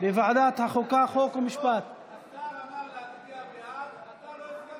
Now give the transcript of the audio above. התשפ"ב 2022, לוועדה שתקבע ועדת הכנסת